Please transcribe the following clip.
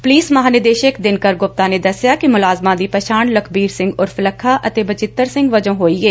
police ਮਹਾਂਨਿਦੇਸ਼ਕ ਦਿਨਕਰ ਗੁਪਤਾ ਨੇ ਦਸਿਐ ਕਿ ਮੁਲਾਜ਼ਮਾਂ ਦੀ ਪਛਾਣ ਲਖਬੀਰ ਸਿੰਘ ਉਰਫ ਲੱਖਾ ਅਤੇ ਬਚਿੱਤਰ ਸਿੰਘ ਵਜੋਂ ਹੋਈ ਏ